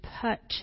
purchase